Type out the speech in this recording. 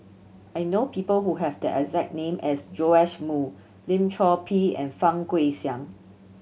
I know people who have the exact name as Joash Moo Lim Chor Pee and Fang Guixiang